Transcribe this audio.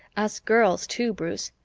us girls, too, bruce.